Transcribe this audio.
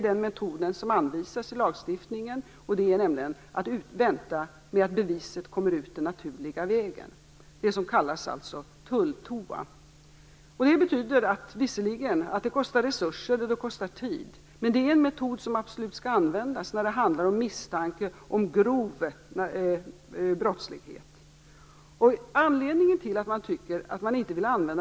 Den metod som anvisas i lagstiftningen är att vänta till dess att bevisen kommer ut den naturliga vägen - det som kallas tulltoa. Det kostar visserligen i resurser och tid, men det är en metod som absolut skall användas när det handlar om misstanke om grov brottslighet.